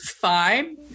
fine